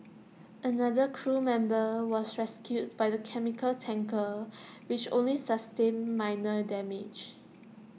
another crew member was rescued by the chemical tanker which only sustained minor damage